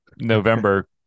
November